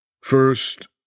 first